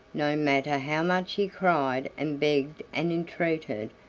no matter how much he cried and begged and entreated,